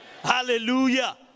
hallelujah